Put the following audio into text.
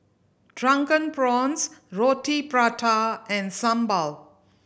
Drunken Prawns Roti Prata and sambal